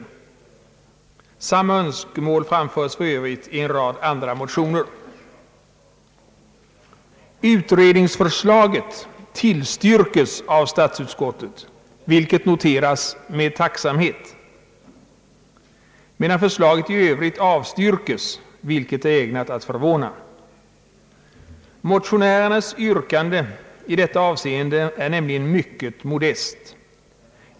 Samma önskemål framföres för övrigt i en rad andra motioner. Utredningsförslaget = tillstyrkes av statsutskottet, vilket noteras med tacksamhet, medan förslaget i övrigt avstyrkes, vilket är ägnat att förvåna. Motionärernas yrkande i detta avseende är nämligen mycket modest.